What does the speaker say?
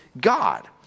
God